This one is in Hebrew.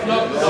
לא, לא.